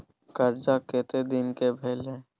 कर्जा कत्ते दिन के भेलै?